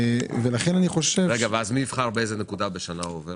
מי יבחר באיזו נקודה בשנה הוא עובר?